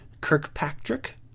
Kirkpatrick